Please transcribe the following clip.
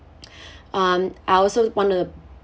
um I also want to